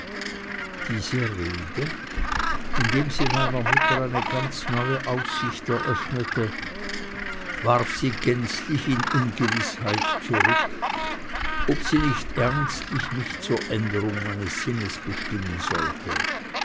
diese rede indem sie meiner mutter eine ganz neue aussicht eröffnete warf sie gänzlich in ungewißheit zurück ob sie nicht ernstlich mich zur änderung meines sinnes bestimmen solle